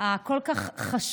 החשוב כל כך,